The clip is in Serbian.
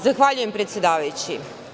Zahvaljujem predsedavajući.